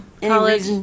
college